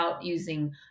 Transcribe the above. using